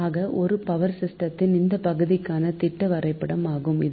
ஆக ஒரு பவர் சிஸ்டமின் இந்த பகுதிக்கான திட்ட வரைபடம் ஆகும் இது